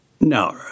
No